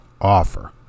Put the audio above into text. offer